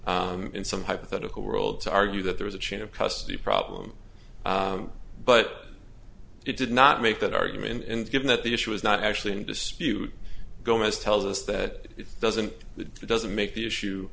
ruling in some hypothetical world to argue that there is a chain of custody problem but it did not make that argument and given that the issue was not actually in dispute gomez tells us that it doesn't that doesn't make the issue